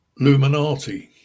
Luminati